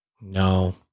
No